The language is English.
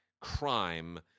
crime